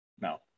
No